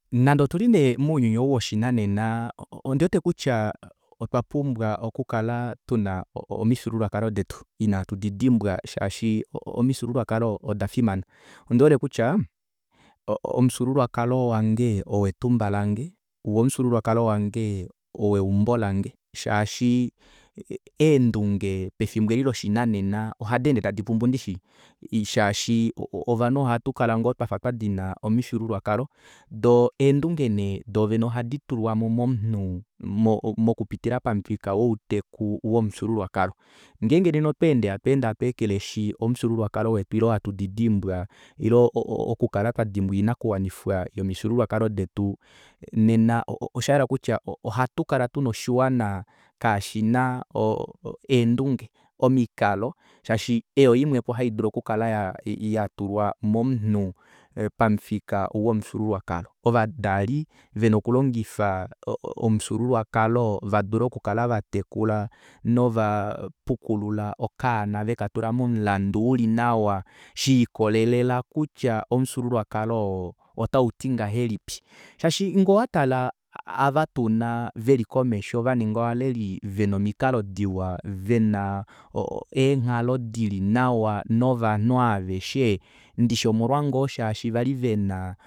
Nande nee tuli mouyuni woshinanena ondiwete kutya otwa pumbwa okukala tuna omifyuululwakalo detu inatu didimbwa shaashi omifyuululwakalo odafimana ondihole kutya omufyuululwakalo wange oo etumba lange woo omufyuululwakalo wange oo eumbo lange shaashi eendunge pefimbo eli loshinanena oha deende tadipumbu ndishi shaashi ovanhu ohatukala ngoo twafa twadina omifyuululwakalo doo eendunge nee doovene ohadi tulwamo momunhu mokupitila pamufika wouteku womufyuululwakalo ngeenge nena otwa ende hatu ekeleshi omufyuululwakalo wetu ile hatu didimbwa ile okukala twadimbwa oinakuwanifwa yomifyuululwakalo detu nena oshayela kutya ohatu kala tuna oshiwana kashina eendunge omikalo shaashi eyi oyimwepo haidulu okukala yatulwa momunhu pamufika womufyuululwakalo ovadali vena okulongifa omufyuululwakalo vadule okukala vatekula nova pukulula okaana vekatula momulandu uli nawa shiikolela kutya omufyuululwakalo otauti ngahelipi shaashi ngee owatele ava tuna veli komesho vaninga ovaleli vena omikalo vena eenghalo dili nawa novanhu aaveshe ndishi omolwaasho ngoo shaashi vali vena